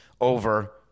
over